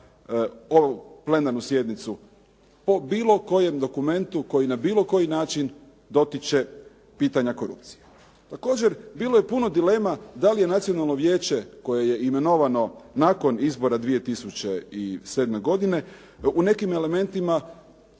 ovu plenarnu sjednicu po bilo kojem dokumentu koji na bilo koji način dotiče pitanja korupcije. Također, bilo je puno dilema da li je Nacionalno vijeće koje je imenovano nakon izbora 2007. godine u nekim elementima